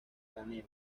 canela